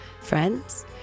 Friends